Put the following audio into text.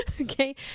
Okay